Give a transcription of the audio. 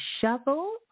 shovel